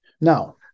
Now